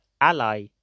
ally